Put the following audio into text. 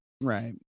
Right